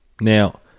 Now